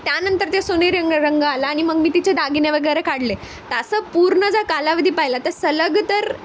त्यानंतर ते सोने रंग रंग आला आणि मग मी तिचे दागिने वगैरे काढले तर असं पूर्ण जर कालावधी पाहिला तर सलग तर